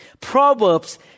Proverbs